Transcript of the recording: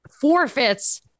forfeits